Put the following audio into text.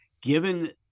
given